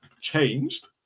changed